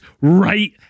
right